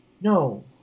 no